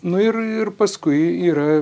nu ir ir paskui yra